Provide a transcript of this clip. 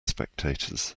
spectators